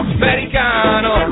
americano